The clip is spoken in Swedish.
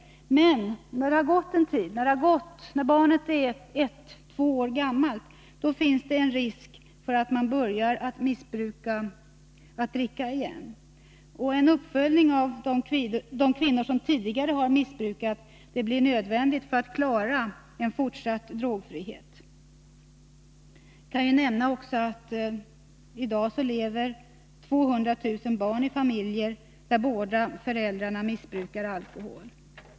Men när barnet är ett eller två år gammalt finns det en risk för att modern börjar dricka igen. En uppföljning av de kvinnor som tidigare har missbrukat är nödvändig för att klara en fortsatt drogfrihet. Jag kan också nämna att i dag lever 200 000 barn i familjer där båda föräldrarna missbrukar alkohol.